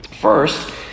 First